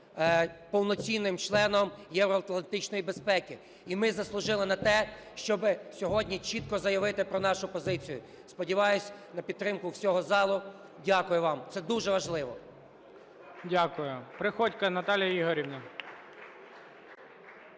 повноцінним членом євроатлантичної безпеки. І ми заслужили на те, щоби сьогодні чітко заявити про нашу позицію. Сподіваюсь на підтримку всього залу. Дякую вам. Це дуже важливо. ГОЛОВУЮЧИЙ. Дякую. Приходько Наталія Ігорівна.